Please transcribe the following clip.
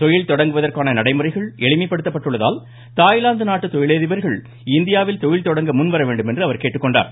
தொழில்தொடங்குவதற்கான நடைமுறைகள் எளிமைப்படுத்தப்பட்டுள்ளதால் தாய்லாந்து நாட்டு தொழிலதிபர்கள் இந்தியாவில் தொழில் தொடங்க முன் வரவேண்டும் என்று கேட்டுக்கொண்டார்